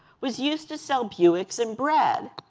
was used to sell buicks and bread.